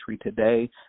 today